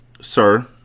Sir